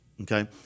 Okay